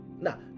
Now